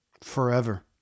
forever